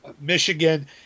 Michigan